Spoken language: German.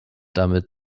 damit